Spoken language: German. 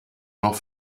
noch